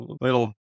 little